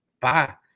pa